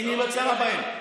עיני לא צרה בהם.